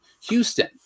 Houston